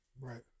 Right